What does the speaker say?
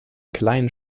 kleinen